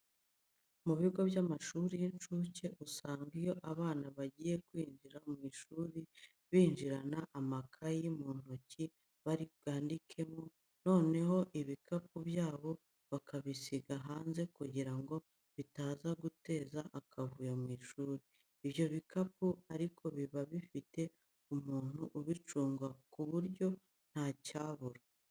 Mu bigo by'amashuri y'inshuke usanga iyo abana bagiye kwinjira mu ishuri, binjirana amakayi mu ntoki bari bwandikemo, noneho ibikapu byabo bakabisiga hanze kugira ngo bitaza guteza akavuyo mu ishuri. Ibyo bikapu ariko biba bifite umuntu ubicunga ku buryo ntacyabura.